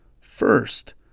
First